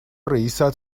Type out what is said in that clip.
رئیست